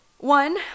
One